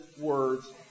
words